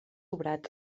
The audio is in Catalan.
obrat